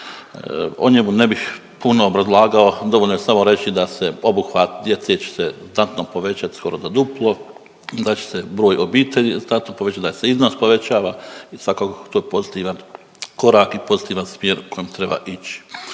o njemu ne bih puno obrazlagao, dovoljno je samo reći da se obuhvat djece će se znatno povećati, skoro za duplo, da će se broj obitelji .../Govornik se ne razumije./... da se iznos povećava, svakako to pozitivan korak i pozitivan smjer u kojem treba ići.